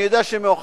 אני יודע שמאוחר,